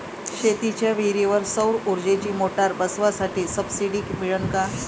शेतीच्या विहीरीवर सौर ऊर्जेची मोटार बसवासाठी सबसीडी मिळन का?